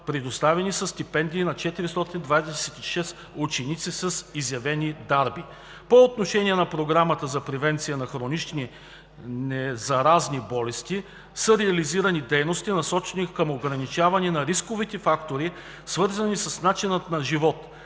Предоставени са стипендии на 426 ученици с изявени дарби. По отношение на Програмата за превенция на хронични незаразни болести са реализирани дейности, насочени към ограничаване на рисковите фактори, свързани с начина на живот